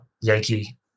Yankee